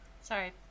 Sorry